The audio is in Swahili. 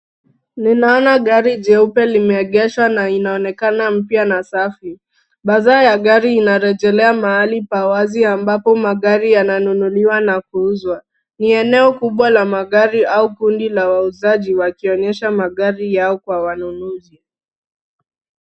Ninaona gari jeupe limeegeshwa na inaonekana mpya na safi. Bazaar ya gari inarejelea mahali pa wazi ambapo magari yananunuliwa na kuuzwa. Ni eneo kubwa la magari au kundi la wauzaji wakionyesha magari yao kwa wanunuzi.